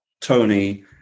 Tony